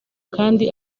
kandi